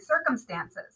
circumstances